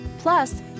Plus